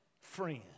friend